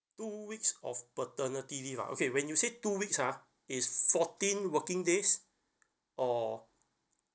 two weeks of paternity leave ah okay when you say two weeks ah it's fourteen working days or